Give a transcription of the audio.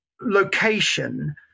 location